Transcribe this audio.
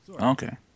Okay